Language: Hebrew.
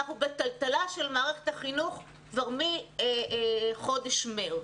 אנחנו בטלטלה של מערכת החינוך כבר מחודש מרץ.